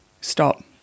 stop